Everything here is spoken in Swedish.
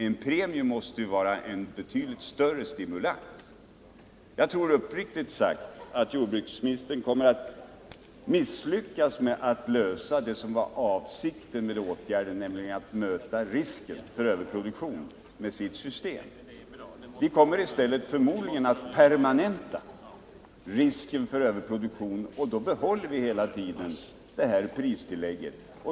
En premie måste ju vara en betydligt större stimulans. Jag tror uppriktigt sagt att jordbruksministern med sitt system kommer att misslyckas med att uppnå det som var avsikten med åtgärden, nämligen att möta risken för överproduktion. Det kommer förmodligen i stället att permanenta risken för överproduktion, och då behåller vi hela tiden detta prispålägg.